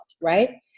right